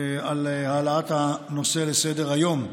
על העלאת הנושא לסדר-היום.